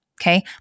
Okay